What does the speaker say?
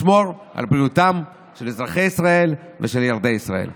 לשמור על בריאותם של אזרחי ישראל ושל ילדי ישראל.